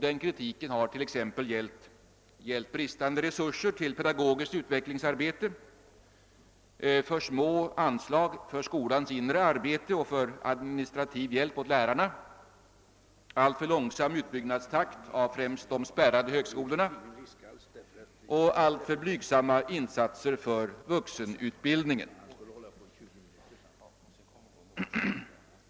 Den kritiken har gällt t.ex. bristande resurser till pedagogiskt utvecklingsarbete, för små anslag för skolans inre arbete och för administrativ hjälp åt lärarna, alltför långsam utbyggnadstakt av främst de spärrade högskolorna och alltför blygsamma insatser för vuxenutbildningen.